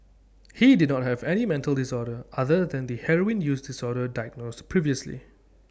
he did not have any mental disorder other than the heroin use disorder diagnosed previously